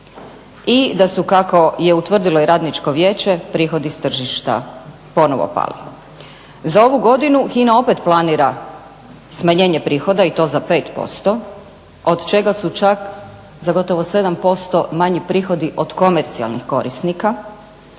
i da su kako je utvrdilo i Radničko vijeće, prihodi s tržišta ponovo pali. Za ovu godinu HINA opet planira smanjenje prihoda i to za 5%, od čega su čak za gotovo 7% manji prihodi od komercijalnih korisnika